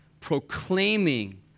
proclaiming